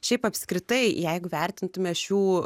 šiaip apskritai jeigu vertintume šių